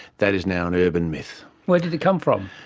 that is now an urban myth. where did it come from?